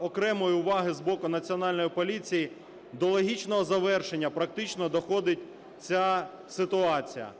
окремої уваги з боку Національної поліції до логічного завершення практично доходить ця ситуація.